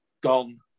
gone